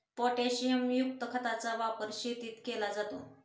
पोटॅशियमयुक्त खताचा वापर शेतीत केला जातो